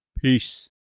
Peace